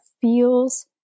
feels